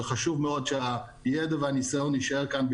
וחשוב מאוד שהידע והניסיון יישאר כאן,